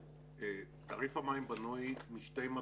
תעריף המים בנוי משתי מדרגות,